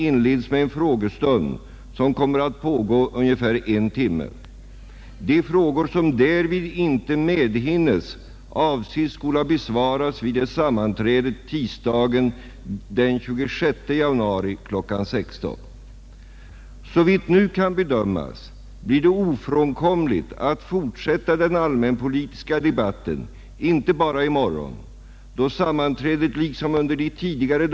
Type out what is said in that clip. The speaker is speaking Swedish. Möjligheterna att erhälla anstånd med militärtjänsten torde utnytljas så längt det går, men sådant beviljas endast i begränsad omfattning. Det framstär därför såsom angeläget alt i jordbruket sysselsatta personer inte inkallas till militära tjänstgöringar under näringens mest bråda perioder, dvs. under sädd och skörd. Denna grupp torde utan svårigheter kunna beredas möjligheter att fullgöra militärtjänst under annan del av året.